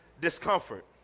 discomfort